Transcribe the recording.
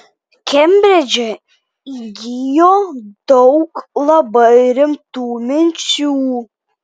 kembridže įgijo daug labai rimtų minčių